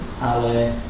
Ale